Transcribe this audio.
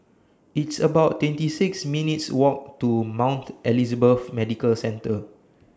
It's about twenty six minutes' Walk to Mount Elizabeth Medical Centre